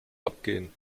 abgehen